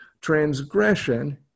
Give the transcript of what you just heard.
Transgression